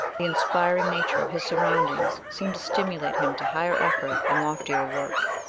the inspiring nature of his surroundings seemed to stimulate him to higher effort and loftier work,